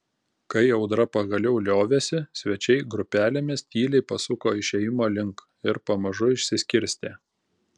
kai audra pagaliau liovėsi svečiai grupelėmis tyliai pasuko išėjimo link ir pamažu išsiskirstė